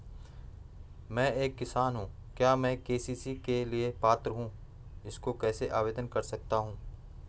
मैं एक किसान हूँ क्या मैं के.सी.सी के लिए पात्र हूँ इसको कैसे आवेदन कर सकता हूँ?